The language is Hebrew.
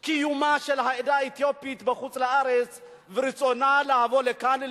קיומה של העדה האתיופית בחוץ-לארץ ורצונה לבוא לכאן,